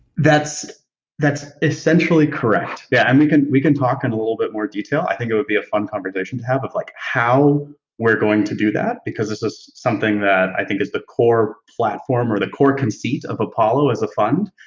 that's that's essentially correct, yeah, and we can we can talk in a little bit more detail. i think it would be a fun conversation to have of like, how we're going to do that, because it's something that i think is the core platform or the core conceit of apollo as a fund,